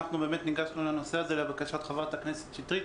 ניגשנו לנושא הזה לבקשת חברת הכנסת שטרית,